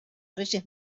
reyes